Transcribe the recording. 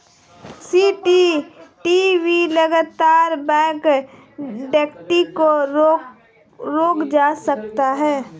CCTV लगाकर bank डकैती को रोका जा सकता है